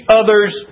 others